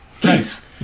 Please